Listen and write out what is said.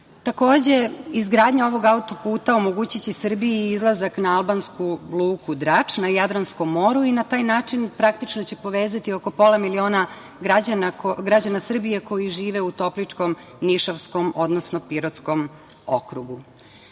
regionu. Takođe, izgradnja ovog autoputa omogućiće Srbiji izlazak na albansku luku Drač, na Jadranskom moru i na taj način, praktično, će se povezati oko pola miliona građana Srbije koji žive u Topličkom, Nišavskom, odnosno Pirotskom okrugu. Dalje,